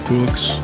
books